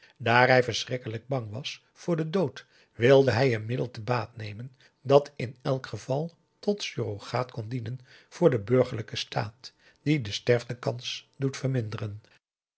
hij verschrikkelijk bang was voor den dood wilde hij een middel te baat nemen dat in elk geval tot surrogaat kon dienen voor den burgerlijken staat die de sterftekans doet verminderen